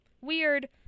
weird